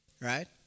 right